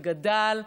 וגדל,